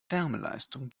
wärmeleistung